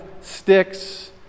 sticks